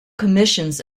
commissions